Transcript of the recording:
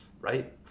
right